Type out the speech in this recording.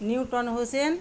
Newton Hossain